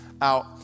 out